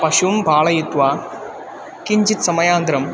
पशुं पालयित्वा किञ्चित् समयान्तरम्